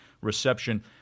reception